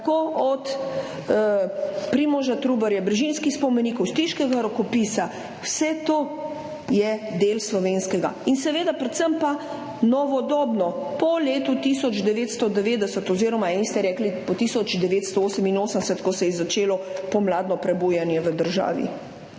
od Primoža Trubarja, Brižinskih spomenikov do Stiškega rokopisa, vse to je del slovenskega, seveda, predvsem pa novodobno, po letu 1990 oziroma eni ste rekli po 1988, ko se je začelo pomladno prebujanje v državi.